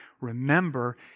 Remember